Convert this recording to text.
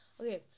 Okay